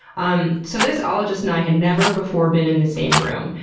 um so this ologist and i had never before been in the same room,